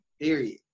Period